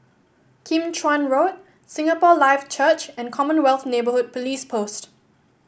Kim Chuan Road Singapore Life Church and Commonwealth Neighbourhood Police Post